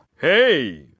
Hey